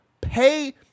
pay